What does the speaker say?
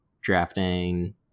drafting